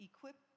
Equip